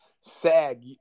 SAG